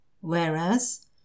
Whereas